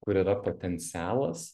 kur yra potencialas